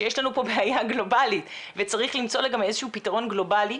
שיש פה בעיה גלובלית וצריך למצוא לה גם איזשהו פתרון גלובלי,